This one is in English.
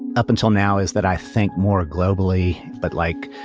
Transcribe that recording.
up until now is that i think more globally, but like